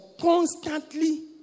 constantly